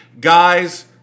Guys